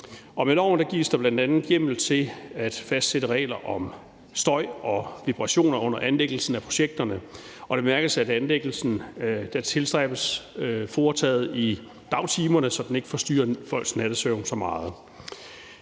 med loven gives der bl.a. hjemmel til at fastsætte regler om støj og vibrationer under anlæggelsen af projekterne, og det bemærkes, at anlæggelsen tilstræbes foretaget i dagtimerne, så den ikke forstyrrer folks nattesøvn så meget.